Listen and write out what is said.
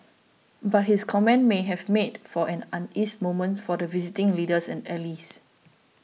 but his comments may have made for an uneasy moment for the visiting leaders and allys